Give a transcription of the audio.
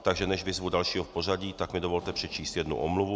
Takže než vyzvu dalšího v pořadí, tak mi dovolte přečíst jednu omluvu.